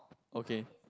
okay